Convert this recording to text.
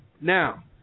Now